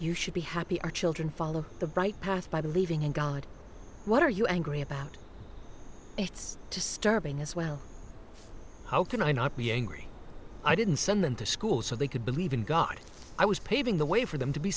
you should be happy our children follow the bright path by believing in god what are you angry about it's to starving as well how can i not be angry i didn't send them to school so they could believe in god i was paving the way for them to be